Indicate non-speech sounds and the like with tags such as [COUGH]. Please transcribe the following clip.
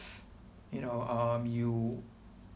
[NOISE] you know um you